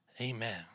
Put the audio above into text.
Amen